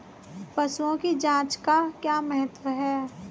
पशुओं की जांच का क्या महत्व है?